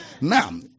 Now